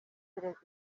perezida